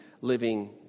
living